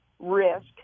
risk